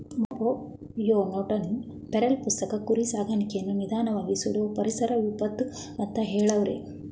ಮೊನ್ಬಯೋಟ್ನ feral ಪುಸ್ತಕ ಕುರಿ ಸಾಕಾಣಿಕೆಯನ್ನು ನಿಧಾನ್ವಾಗಿ ಸುಡೋ ಪರಿಸರ ವಿಪತ್ತು ಅಂತ ಹೆಳವ್ರೆ